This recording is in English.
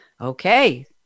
Okay